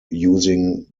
using